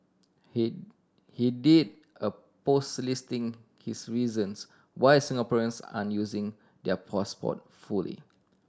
he he did a post listing his reasons why Singaporeans aren't using their passport fully